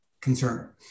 concern